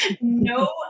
no